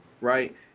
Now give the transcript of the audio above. Right